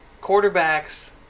Quarterbacks